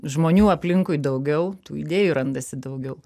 žmonių aplinkui daugiau tų idėjų randasi daugiau